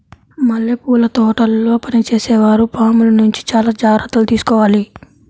మల్లెపూల తోటల్లో పనిచేసే వారు పాముల నుంచి చాలా జాగ్రత్తలు తీసుకోవాలి